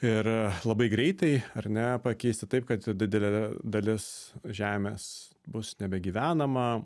ir labai greitai ar ne pakeisti taip kad didelė dalis žemės bus nebegyvenama